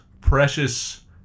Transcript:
precious